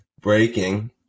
breaking